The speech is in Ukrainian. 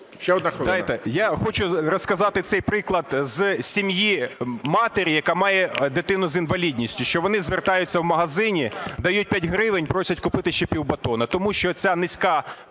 О.С. Я хочу розказати цей приклад з сім'ї матері, яка має дитину з інвалідністю. Що вони звертаються в магазині, дають 5 гривень, просять купити ще пів батона. Тому що ця низьке